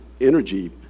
energy